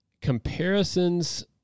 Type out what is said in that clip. Comparisons